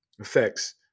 affects